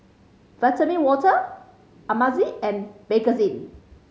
Vitamin Water Ameltz and Bakerzin